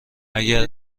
اگر